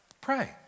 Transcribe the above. Pray